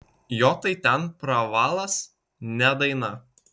jo tai ten pravalas ne daina